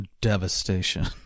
devastation